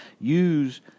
use